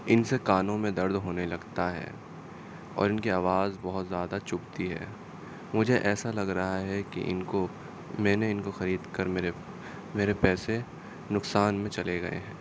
ان سے کانوں میں درد ہونے لگتا ہے اور ان کی آواز بہت زیادہ چبھتی ہے مجھے ایسا لگ رہا ہے کہ ان کو میں نے ان کو خرید کر میرے میرے پیسے نقصان میں چلے گئے ہیں